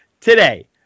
today